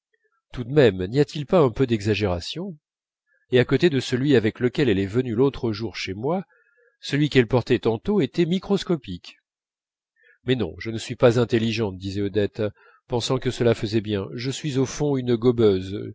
tout de même n'y a-t-il pas un peu d'exagération et à côté de celui avec lequel elle est venue l'autre jour chez moi celui qu'elle portait tantôt était microscopique mais non je ne suis pas intelligente disait odette pensant que cela faisait bien je suis au fond une gobeuse